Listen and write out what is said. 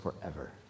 forever